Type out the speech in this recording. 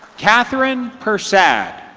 katherine persad.